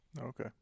okay